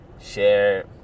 Share